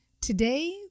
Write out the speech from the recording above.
Today